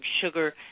Sugar